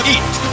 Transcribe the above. Eat